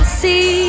see